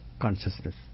consciousness